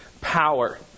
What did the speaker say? power